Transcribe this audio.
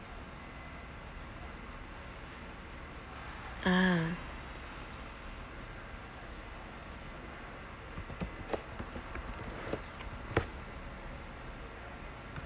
ah